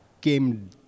came